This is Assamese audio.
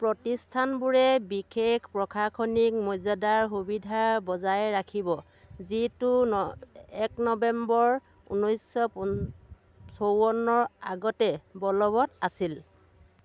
প্ৰতিষ্ঠানবোৰে বিখেখ প্ৰখাখনিক মৰ্যাদাৰ সুবিধা বজাই ৰাখিব যিটো ন এক নৱেম্বৰ ঊনৈছ' পঞ্চ ছৌৱন্নৰ আগতে বলবৎ আছিল